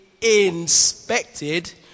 inspected